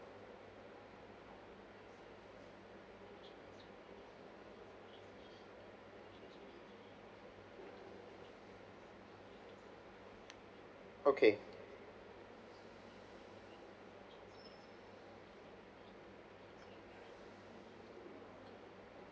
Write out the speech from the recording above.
okay